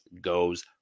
goes